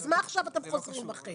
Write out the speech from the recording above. אז מה עכשיו אתם חוזרים בכם?